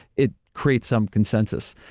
it creates some consensus.